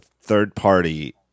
third-party